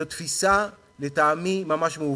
זו תפיסה, לטעמי, ממש מעוותת,